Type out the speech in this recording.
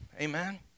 amen